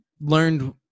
learned